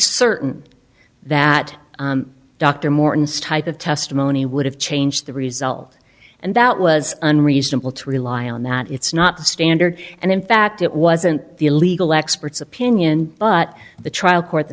certain that dr morton stipe of testimony would have changed the result and that was unreasonable to rely on that it's not the standard and in fact it wasn't the legal experts opinion but the trial court the